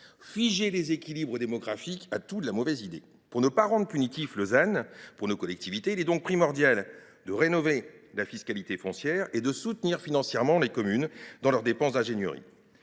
Figer les équilibres démographiques à tout de la mauvaise idée. Pour ne pas faire du ZAN un dispositif punitif pour nos collectivités, il est donc primordial de rénover la fiscalité foncière et de soutenir financièrement les communes dans leurs dépenses d’ingénierie.